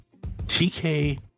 TK